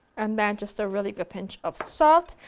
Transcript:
and then just a really good pinch of salt,